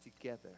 together